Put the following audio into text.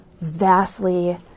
vastly